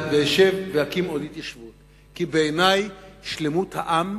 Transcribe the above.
כי בעיני שלמות העם